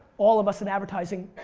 all of us in advertising,